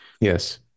yes